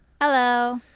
Hello